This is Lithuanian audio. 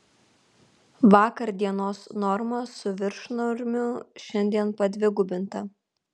vakar dienos norma su viršnormiu šiandien padvigubinta